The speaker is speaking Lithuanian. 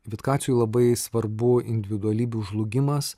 vitkaciui labai svarbu individualybių žlugimas